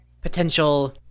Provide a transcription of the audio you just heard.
potential